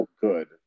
good